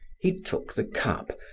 he took the cup,